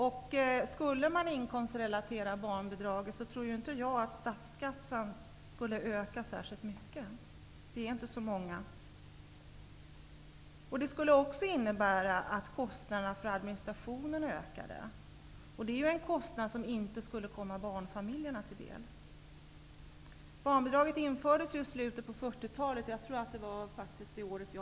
Om man skulle inkomstrelatera barnbidraget tror jag inte att statskassan skulle öka särskilt mycket. Det skulle också innebära att kostnaderna för administrationen ökade, och det är ju en kostnad som inte skulle komma barnfamiljerna till del. Barnbidraget infördes ju i slutet av 40-talet. Jag tror faktiskt att det var det året jag är född.